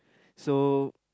so